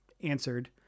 answered